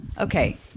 Okay